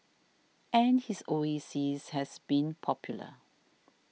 and his oasis has been popular